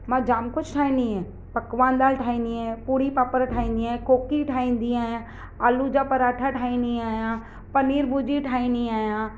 मां जाम कुझु ठाहींदी आहियां पकवान दालि ठाहींदी आहियां पूरी पापड़ ठाहींदी या कोकियूं ठाहींदी आहियां आलू जा पराठा ठाहींदी आहियां पनीर भुर्जी ठाहींदी आहियां